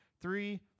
three